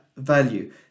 value